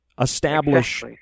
establish